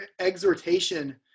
exhortation